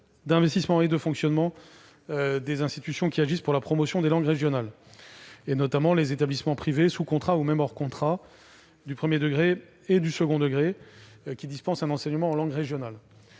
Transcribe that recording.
d'investissement et de fonctionnement des institutions qui agissent pour la promotion des langues régionales, notamment des établissements privés, sous contrat ou hors contrat, du premier et du second degrés, qui dispensent un enseignement en langue régionale.